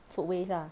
food waste ah